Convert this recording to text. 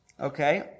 okay